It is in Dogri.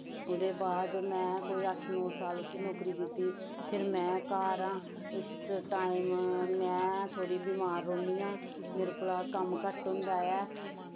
ओह्दे बाद में कोई अट्ठ नौ साल उत्थे नौकरी कीती फिर मैं घर आं इस टाइम में थोह्ड़ी बमार रौह्नी आं मेरे कोला कम्म घट्ट होंदे ऐ